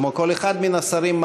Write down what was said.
כמו כל אחד מן השרים,